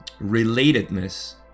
relatedness